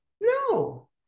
No